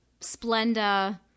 Splenda